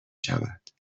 شود